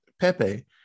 Pepe